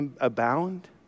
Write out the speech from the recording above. abound